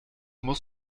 muss